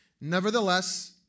Nevertheless